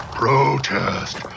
protest